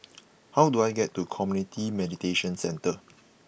how do I get to Community Mediation Centre